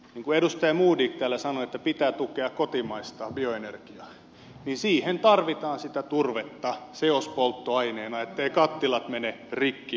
kun edustaja modig täällä sanoi että pitää tukea kotimaista bioenergiaa niin siihen tarvitaan sitä turvetta seospolttoaineena etteivät kattilat mene rikki ennen aikojaan